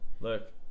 look